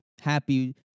Happy